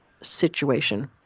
situation